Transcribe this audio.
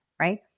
right